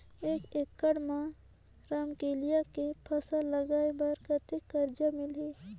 एक एकड़ मा रमकेलिया के फसल लगाय बार कतेक कर्जा मिलही?